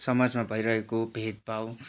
समाजमा भइरहेको भेदभाव